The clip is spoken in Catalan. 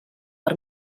per